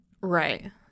Right